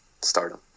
stardom